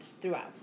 throughout